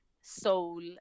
soul